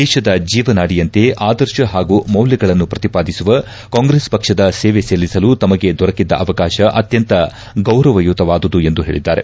ದೇತದ ಜೀವನಾಡಿಯಂತೆ ಆದರ್ಶ ಹಾಗೂ ಮೌಲ್ಯಗಳನ್ನು ಪ್ರತಿಪಾದಿಸುವ ಕಾಂಗ್ರೆಸ್ ಪಕ್ಷದ ಸೇವೆ ಸಲ್ಲಿಸಲು ತಮಗೆ ದೊರಕಿದ್ದ ಅವಕಾಶ ಅತ್ಯಂತ ಗೌರವಯುತವಾದುದು ಎಂದು ಹೇಳದ್ದಾರೆ